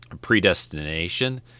Predestination